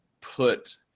put